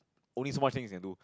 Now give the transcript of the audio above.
only so much things you can do